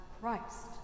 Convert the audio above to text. Christ